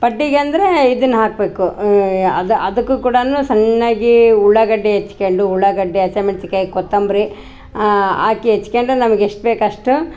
ಪಡ್ಡಿಗೆ ಅಂದರೆ ಇದನ್ನ ಹಾಕಬೇಕು ಅದು ಅದಕ್ಕು ಕೂಡಾನು ಸಣ್ಣಗಿ ಉಳ್ಳಾಗಡ್ಡಿ ಹೆಚ್ಕ್ಯಾಂಡು ಉಳ್ಳಾಗಡ್ಡಿ ಹಸಿಮೆಣ್ಸಿನಕಾಯಿ ಕೋತಂಬರಿ ಹಾಕಿ ಹೆಚ್ಕ್ಯಾಂಡು ನಮಗೆ ಎಷ್ಟು ಬೇಕು ಅಷ್ಟು